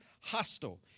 hostile